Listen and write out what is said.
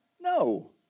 No